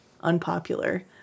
unpopular